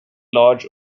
large